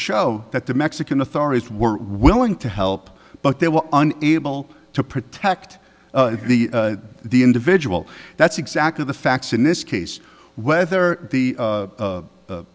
show that the mexican authorities were willing to help but they were able to protect the the individual that's exactly the facts in this case whether the